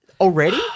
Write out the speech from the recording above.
Already